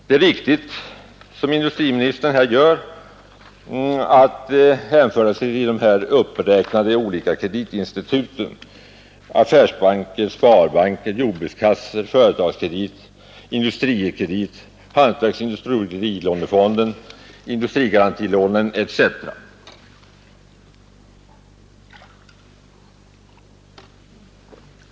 Det är riktigt som industriministern här säger, att det för de mindre och medelstora företagen finns ett flertal sådana kreditgivare som affärsbanker, sparbanker, jordbrukskassor, Företagskredit och Industrikredit samt hantverksoch industrilånefonden, industrigarantilånen etc.